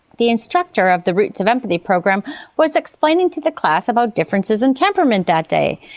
the instructor of the roots of empathy program was explaining to the class about differences in temperament that day.